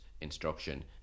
instruction